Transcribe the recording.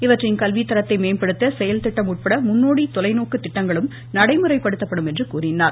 இவற்றின் கல்வி தரத்தை மேம்படுத்த செயல் திட்டம் உட்பட முன்னோடி தொலைநோக்கு திட்டங்களும் நடைமுறைப்படுத்தப்படும் என்றார்